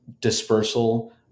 dispersal